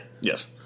Yes